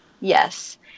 Yes